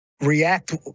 react